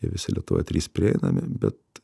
jie visi lietuvoj trys prieinami bet